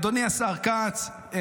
אדוני השר כץ,